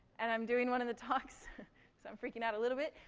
and i'm doing one of the talks so i'm freaking out a little bit.